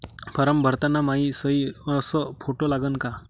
Form भरताना मायी सयी अस फोटो लागन का?